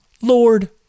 Lord